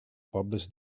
pobles